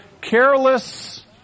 careless